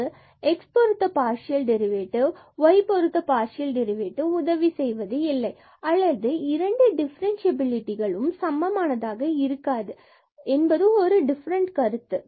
இங்கு x பொருத்தப்பார்சியல் derivative மற்றும் y பொருத்தப்பார்சியல் டெரிவேடிவ் உதவி செய்வது இல்லை அல்லது 2 டிஃபரண்ட்சியபிலிடிகளும் சமமானதாக இருக்காது என்பது ஒரு டிஃபரண்ட் கருத்து